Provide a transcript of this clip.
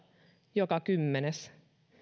joka kymmenes